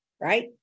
Right